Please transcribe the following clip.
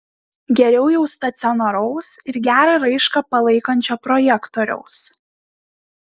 geriau jau stacionaraus ir gerą raišką palaikančio projektoriaus